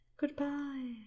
Goodbye